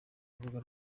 rubuga